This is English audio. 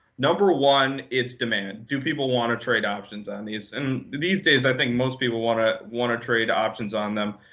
number one, it's demand. do people want to trade options on these? and these days, i think most people want to want to trade options on them.